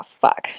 fuck